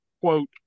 quote